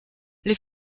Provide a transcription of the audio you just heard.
les